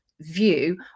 view